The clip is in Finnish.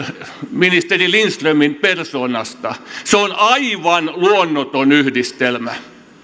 ministeri lindströmin persoonasta on aivan luonnoton yhdistelmä